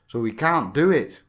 so we can't do it.